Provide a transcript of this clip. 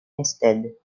instead